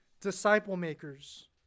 disciple-makers